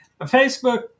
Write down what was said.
Facebook